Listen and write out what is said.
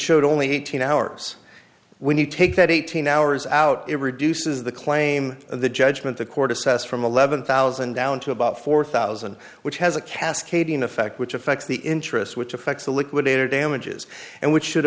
showed only eighteen hours when you take that eighteen hours out it reduces the claim of the judgment the court assessed from eleven thousand down to about four thousand which has a cascading effect which affects the interest which affects the liquidator damages and which should